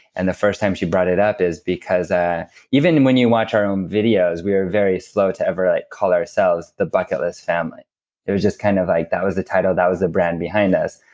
and the first time she brought it up is because. ah even when you watch our own videos we are very slow to ever call ourselves the bucket list family it was just kind of. that was the title, that was the brand behind us,